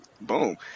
boom